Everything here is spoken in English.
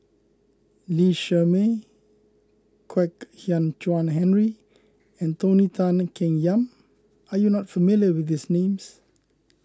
Lee Shermay Kwek Hian Chuan Henry and Tony Tan Keng Yam are you not familiar with these names